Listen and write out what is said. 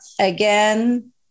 again